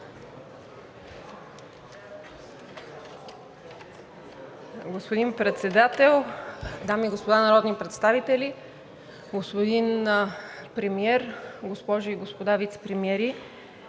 Господин Председател, дами и господа народни представители, господин Премиер, госпожи и господа вицепремиери!